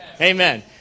Amen